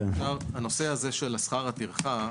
הנושא הזה של שכר הטרחה,